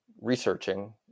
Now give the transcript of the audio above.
researching